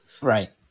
Right